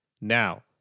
Now